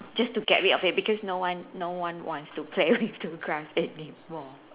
just to get rid of it because no one no ones wants to play with the grass anymore